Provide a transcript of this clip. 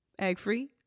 egg-free